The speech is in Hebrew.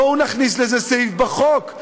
בואו נכניס לזה סעיף בחוק,